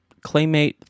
claymate